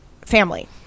family